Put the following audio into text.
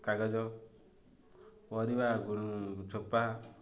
କାଗଜ ପରିବା ଚୋପା